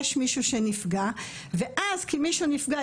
יש מישהו שנפגע ואז כי מישהו נפגע,